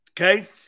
Okay